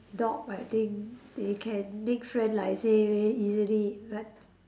dog I think they can make friend like I say easily but